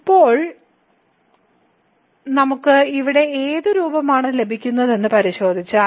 ഇപ്പോൾ നമുക്ക് ഇവിടെ ഏത് രൂപമാണ് ലഭിക്കുന്നതെന്ന് പരിശോധിച്ചാൽ